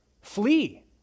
flee